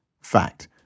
Fact